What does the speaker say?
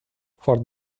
for